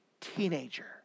teenager